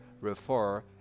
refer